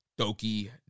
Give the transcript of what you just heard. Doki